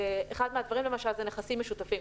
אחד מהדברים, למשל, זה נכסים משותפים.